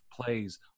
plays